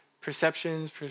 perceptions